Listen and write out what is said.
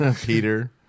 Peter